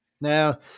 Now